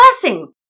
blessing